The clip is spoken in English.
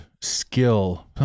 skill